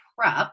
prep